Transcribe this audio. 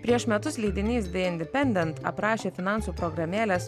prieš metus leidinys independent aprašė finansų programėlės